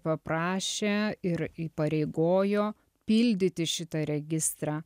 paprašė ir įpareigojo pildyti šitą registrą